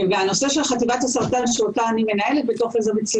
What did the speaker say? של חה"כ ע'דיר כמאל